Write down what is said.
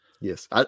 Yes